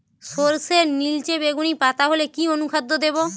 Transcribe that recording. সরর্ষের নিলচে বেগুনি পাতা হলে কি অনুখাদ্য দেবো?